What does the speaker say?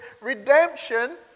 redemption